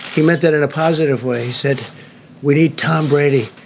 he meant that in a positive way, said we need tom brady.